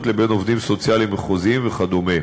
לבין עובדים סוציאליים מחוזיים וכדומה.